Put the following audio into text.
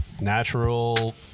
natural